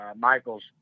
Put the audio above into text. Michael's